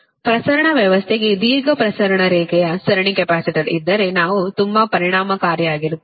ಪ್ರಸರಣ ವ್ಯವಸ್ಥೆಗೆ ದೀರ್ಘ ಪ್ರಸರಣ ರೇಖೆಯ ಸರಣಿ ಕೆಪಾಸಿಟರ್ ಇದ್ದರೆ ನಾವು ತುಂಬಾ ಪರಿಣಾಮಕಾರಿಯಾಗಿರುತ್ತೇವೆ